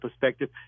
perspective